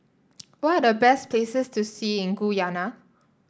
what are the best places to see in Guyana